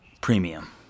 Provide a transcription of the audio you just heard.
premium